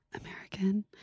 American